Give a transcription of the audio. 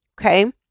Okay